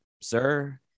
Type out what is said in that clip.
Sir